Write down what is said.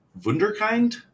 wunderkind